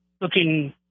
looking